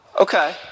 okay